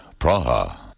Praha